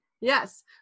Yes